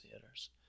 theaters